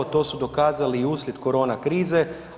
To su dokazali i uslijed korona krize.